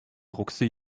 druckste